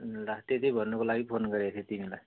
ल त्यति भन्नुको लागि फोन गरेको थिएँ तिमीलाई